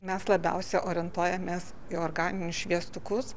mes labiausia orientuojamės į organinius šviestukus